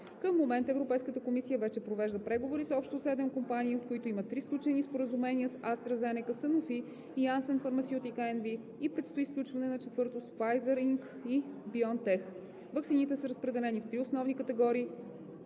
Към момента Европейската комисия вече провежда преговори с общо седем компании, от които има три сключени споразумения с AstraZeneca, Sanofi и Janssen Pharmaceutica NV и предстои сключване на четвърто с Pfizer Inc. и BioNTech. Ваксините са разпределени в 3 основни категории